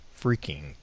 freaking